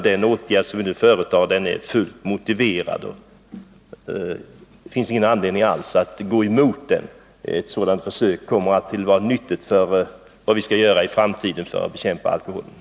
Den åtgärd vi nu föreslår är fullt motiverad, och det finns ingen anledning att gå emot den. Ett sådant försök som det föreslagna är nyttigt med tanke på vad vi skall göra i framtiden för att bekämpa alkoholbruket.